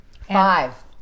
Five